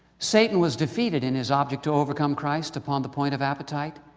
satan was defeated in his object to overcome christ upon the point of appetite.